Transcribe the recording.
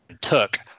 Took